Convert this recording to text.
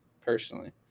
personally